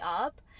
up